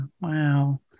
wow